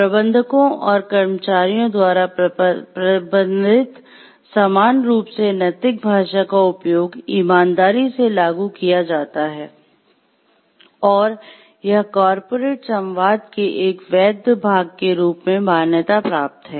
प्रबंधकों और कर्मचारियों द्वारा प्रबंधित समान रूप से नैतिक भाषा का उपयोग ईमानदारी से लागू किया जाता है और यह कॉर्पोरेट संवाद के एक वैध भाग के रूप में मान्यता प्राप्त है